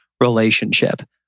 relationship